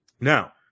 Now